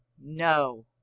no